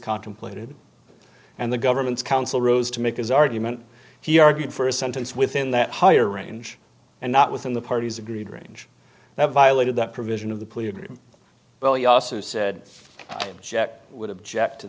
contemplated and the government's counsel rose to make his argument he argued for a sentence within that higher range and not within the parties agreed range that violated that provision of the police well you also said jett would object to